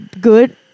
Good